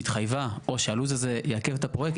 התחייבה או שהלו"ז הזה יעכב את הפרויקט,